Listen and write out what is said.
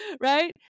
Right